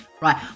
right